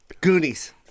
Goonies